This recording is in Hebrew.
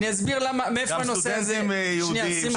למה להגיד "החברה הערבית"?